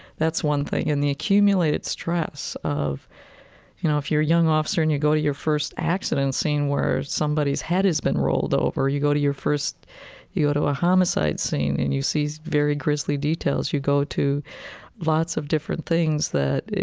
that's one thing and the accumulated stress of you know if you're a young officer and you go to your first accident scene where somebody's head has been rolled over, you go to your first you go to a homicide scene and you see very grisly details, you go to lots of different things that